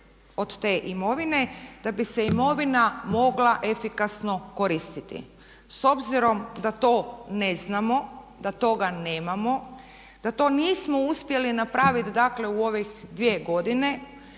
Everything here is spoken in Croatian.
od te imovine da bi se imovina mogla efikasno koristiti s obzirom da to ne znamo, da toga nemamo, da to nismo uspjeli napraviti, dakle u ovih 2 godine